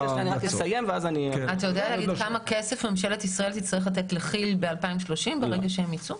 אתה יודע כמה כסף מדינת ישראל תצטרך לתת לכי"ל כשהם יצאו?